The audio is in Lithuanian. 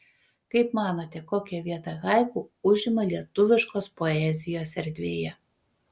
kaip manote kokią vietą haiku užima lietuviškos poezijos erdvėje